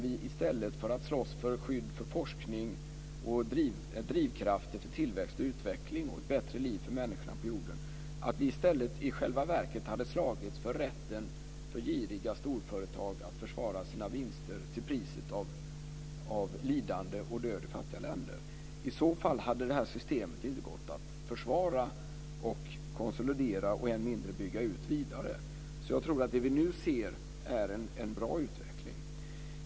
I stället för att ha slagits för skydd för forskning, drivkrafter för tillväxt och utveckling samt ett bättre liv för människorna på jorden hade vi slagits för giriga storföretags rätt att försvara sina vinster till priset av lidande och död i fattiga länder. I så fall hade det här systemet inte gått att försvara, att konsolidera och än mindre att bygga ut vidare. Jag tror att det som vi nu ser är en bra utveckling.